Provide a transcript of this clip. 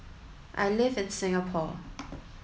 I live in Singapore